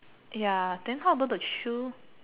ya then how about the shoe